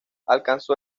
alcanzó